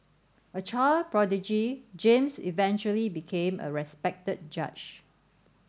a child prodigy James eventually became a respected judge